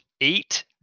eight